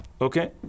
Okay